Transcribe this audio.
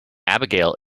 abigail